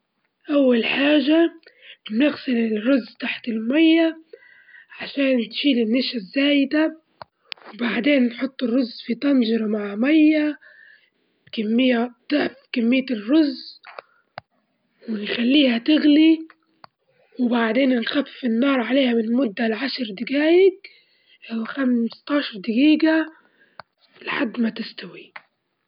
أول حاجة نخلي الملابس مفرودة أدامي مثل القمصان نحط الأكمام جنب بعضهن ونطبقهن النصين وبعدين نطبقهن لتحت وبعديك لأعلى، والبنطلونات نفس الحاجة نطبجهن بالطول أول مرة وبعدين نطبجهم مرة تانية بنفس الطول.